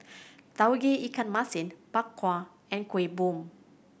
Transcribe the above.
Tauge Ikan Masin Bak Kwa and Kueh Bom